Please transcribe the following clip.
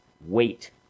Wait